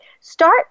Start